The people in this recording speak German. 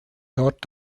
dort